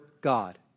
God